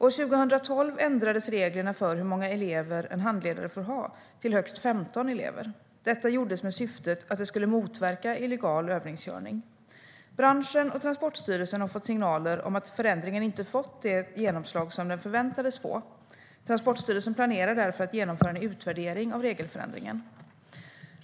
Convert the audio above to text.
År 2012 ändrades reglerna för hur många elever en handledare får ha till högst 15 elever. Detta gjordes med syftet att det skulle motverka illegal övningskörning. Branschen och Transportstyrelsen har fått signaler om att förändringen inte har fått det genomslag som den förväntades få. Transportstyrelsen planerar därför att genomföra en utvärdering av regelförändringen.